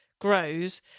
grows